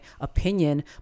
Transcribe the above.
opinion